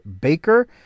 Baker